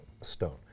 Stone